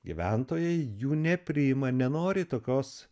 gyventojai jų nepriima nenori tokios